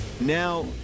Now